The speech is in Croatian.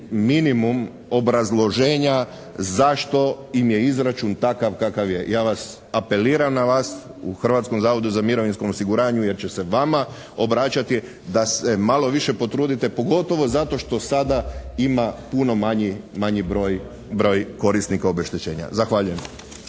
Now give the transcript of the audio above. minimum obrazloženja zašto im je izračun takav kakav je. Ja apeliram na vas u Hrvatskom zavodu za mirovinsko osiguranje jer će se vama obraćati, da se malo više potrudite pogotovo zato što sada ima puno manji broj korisnika obeštećenja. Zahvaljujem.